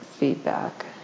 Feedback